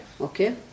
Okay